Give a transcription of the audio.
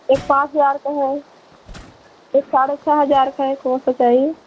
एक सात हज़ार का है एक साढ़े छः हज़ार का है कौन सा चाहिए